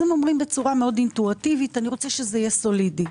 הם אומרים אינטואיטיבית: אני רוצה שזה יהיה סולידי.